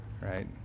right